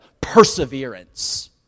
perseverance